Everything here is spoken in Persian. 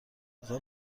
لطفا